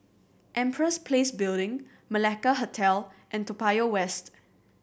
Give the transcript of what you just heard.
Empress Place Building Malacca Hotel and Toa Payoh West